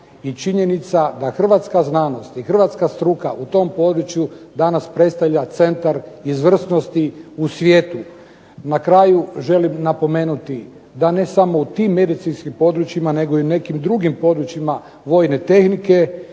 I činjenica da hrvatska znanost i hrvatska struka u tom području danas predstavlja centar izvrsnosti u svijetu. Na kraju želim napomenuti, da ne samo u tim medicinskim područjima, nego i u nekim drugim područjima vojne tehnike